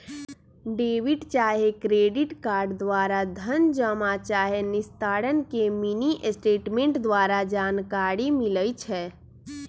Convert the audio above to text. debit चाहे credit card द्वारा धन जमा चाहे निस्तारण के मिनीस्टेटमेंट द्वारा जानकारी मिलइ छै